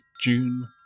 June